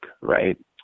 right